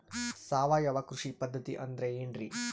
ಸಾವಯವ ಕೃಷಿ ಪದ್ಧತಿ ಅಂದ್ರೆ ಏನ್ರಿ?